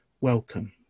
welcome